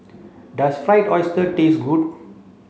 does fried oyster taste good